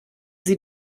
sie